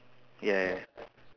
ya ya